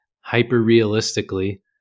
hyper-realistically